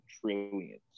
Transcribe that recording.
trillions